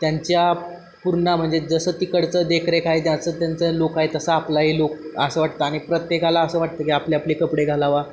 त्यांच्या पूर्न म्हणजे जसं तिकडचं देखरेखाय ज्याचं त्यांचं लोक आहे तसं आपलाही लोक असं वाटतं आणि प्रत्येकाला असं वाटतं की आपले आपले कपडे घालावा